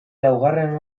laugarren